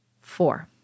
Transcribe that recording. Four